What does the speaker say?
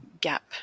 gap